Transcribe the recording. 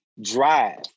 drive